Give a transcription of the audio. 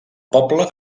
poble